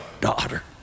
daughter